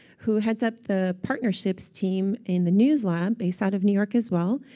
who heads up the partnerships team in the news lab, based out of new york as well,